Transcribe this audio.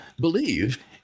believe